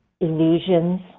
illusions